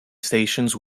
stations